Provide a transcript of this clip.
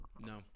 No